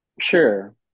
Sure